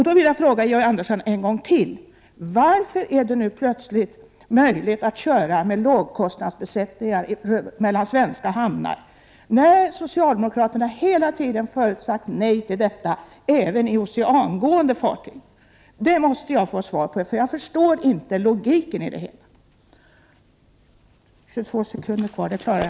Så vill jag fråga Georg Andersson än en gång: Varför är det plötsligt möjligt att köra med lågkostnadsbesättningar mellan svenska hamnar, fastän socialdemokraterna hela tiden förut sagt nej till detta, även när det gällt oceangående fartyg? Det måste jag få svar på. Jag förstår inte logiken i det hela.